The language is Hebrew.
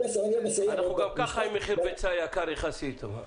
גם כך אנחנו עם מחיר ביצה יקר יחסית.